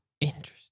Interesting